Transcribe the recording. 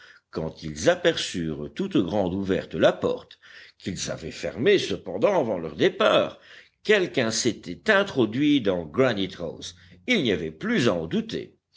quand ils aperçurent toute grande ouverte la porte qu'ils avaient fermée cependant avant leur départ quelqu'un s'était introduit dans granite house il n'y avait plus à en douter